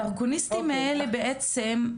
האלה בעצם,